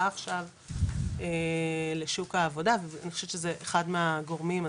עכשיו לשוק העבודה ואני חושבת שזה אחד מהגורמים,